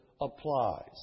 applies